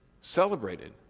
celebrated